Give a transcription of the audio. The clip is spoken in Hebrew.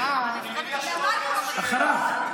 האם אתה כן חושב שהיועץ המשפטי צריך להיות במכלאות?